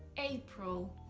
april,